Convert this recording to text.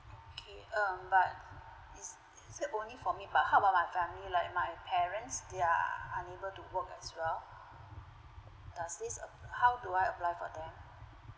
okay um but is is it only for me but how about my family like my parents they're unable to work as well does this ap~ how do I apply for them